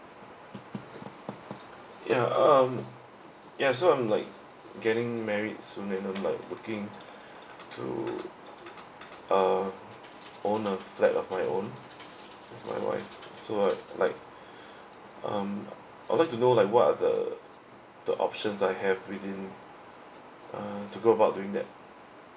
ya um ya so I'm like getting married soon and I'm like working to uh own a flat of my own and my wife so like like um I want to know like what are the the options I have within uh to go about doing that